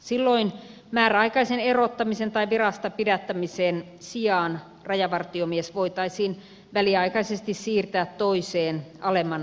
silloin määräaikaisen erottamisen tai virasta pidättämisen sijaan rajavartiomies voitaisiin väliaikaisesti siirtää toiseen alemman vaativuusluokan tehtävään